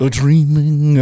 dreaming